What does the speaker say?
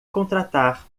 contratar